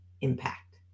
impact